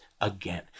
again